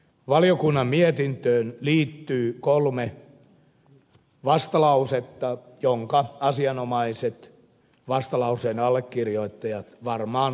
valiokunnan mietintöön liittyy kolme vastalausetta joista asianomaiset vastalauseen allekirjoittajat varmaan tarkemmin kertovat